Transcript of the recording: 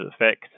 effect